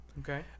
Okay